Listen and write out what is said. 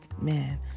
Man